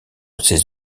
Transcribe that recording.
ces